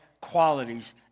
qualities